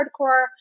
hardcore